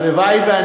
הלוואי שתצליח.